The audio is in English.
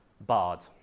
BARD